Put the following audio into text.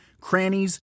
crannies